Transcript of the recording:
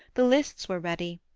the lists were ready.